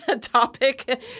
topic